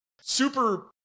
super